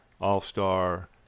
All-Star